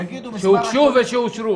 שהוגשו ושאושרו.